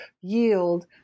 yield